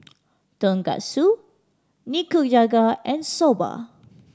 Tonkatsu Nikujaga and Soba